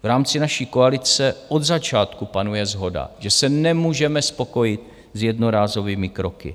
V rámci naší koalice od začátku panuje shoda, že se nemůžeme spokojit s jednorázovými kroky.